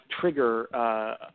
trigger